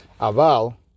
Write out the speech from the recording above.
Aval